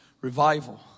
revival